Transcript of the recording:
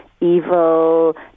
evil